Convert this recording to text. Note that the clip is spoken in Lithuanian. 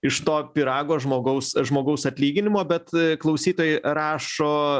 iš to pyrago žmogaus žmogaus atlyginimo bet klausytojai rašo